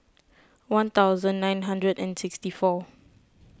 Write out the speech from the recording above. one thousand nine hundred and sixty four